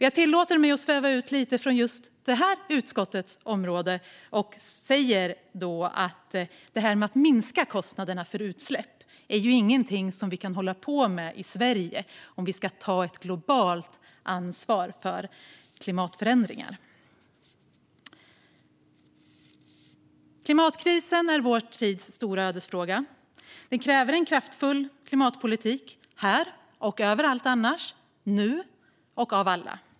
Jag tillåter mig att sväva ut lite från just det här utskottets område och säger då att det här med att minska kostnaderna för utsläpp, det är ju inget som vi kan hålla på med i Sverige om vi ska ta ett globalt ansvar för klimatförändringar. Klimatkrisen är vår tids stora ödesfråga. Den kräver kraftfull klimatpolitik här och överallt annars, nu och av alla.